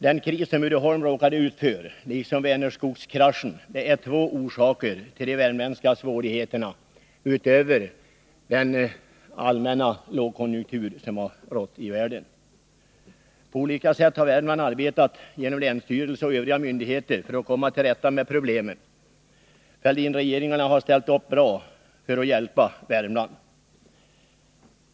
Den kris som Uddeholm AB råkade ut för, liksom Vänerskogskraschen, är två orsaker till de värmländska svårigheterna förutom den allmänna lågkonjunkturen i världen. På olika sätt har Värmland arbetat, genom länsstyrelse och övriga myndigheter, för att komma till rätta med problemen. Fälldinregeringarna harställt upp bra för att hjälpa Värmland.